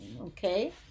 okay